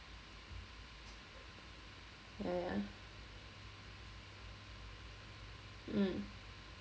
ya ya mm